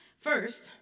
First